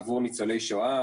עבור ניצולי שואה,